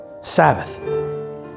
Sabbath